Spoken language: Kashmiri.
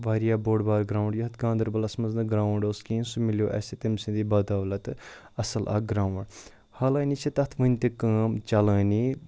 واریاہ بوٚڑ بار گراوُںٛڈ یَتھ گاندَربَلَس منٛز نہٕ گرٛاوُنٛڈ اوس کِہیٖنۍ سُہ مِلیو اَسہِ تٔمۍ سٕنٛدی بَدولَتہٕ اَصٕل اَکھ گرٛاوُنٛڈ حالٲنی چھِ تَتھ وٕنۍ تہِ کٲم چَلٲنی